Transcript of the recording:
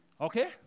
Okay